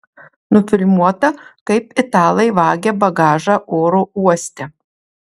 nufilmuota kaip italai vagia bagažą oro uoste